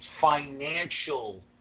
financial